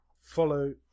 follow